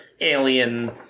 alien